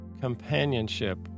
companionship